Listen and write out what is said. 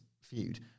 feud